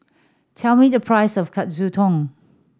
tell me the price of Katsudon